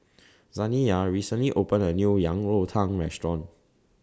Zaniyah recently opened A New Yang Rou Tang Restaurant